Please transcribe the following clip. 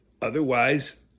otherwise